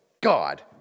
God